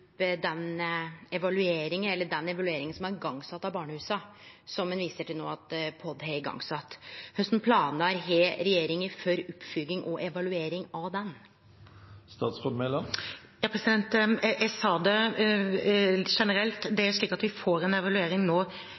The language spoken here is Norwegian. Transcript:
den evalueringa av barnehusa som ein viser til at POD har sett i gang. Kva planar har regjeringa for oppfylging og evaluering av den? Jeg sa det litt generelt. Vi får en evaluering nå fram mot sommeren, altså på vårparten. Jeg håper den ikke er